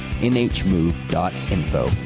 nhmove.info